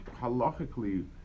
halachically